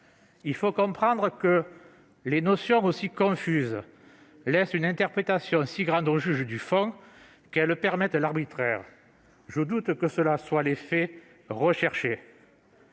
Il faut comprendre que des notions aussi confuses laissent une interprétation si grande aux juges du fond qu'elles permettent l'arbitraire. Je doute que cela soit l'effet visé